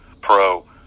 Pro